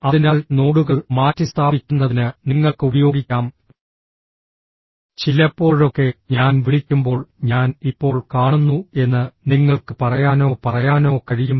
അതിനാൽ നോഡുകൾ മാറ്റിസ്ഥാപിക്കുന്നതിന് നിങ്ങൾക്ക് ഉപയോഗിക്കാം ചിലപ്പോഴൊക്കെ ഞാൻ വിളിക്കുമ്പോൾ ഞാൻ ഇപ്പോൾ കാണുന്നു എന്ന് നിങ്ങൾക്ക് പറയാനോ പറയാനോ കഴിയും